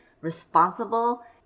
responsible